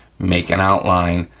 make an outline,